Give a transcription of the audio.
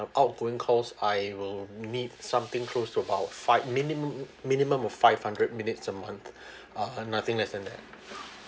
outgoing calls I will need something close to about five minimum minimum of five hundred minutes a month uh nothing less than that